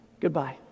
Goodbye